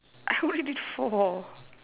I only did four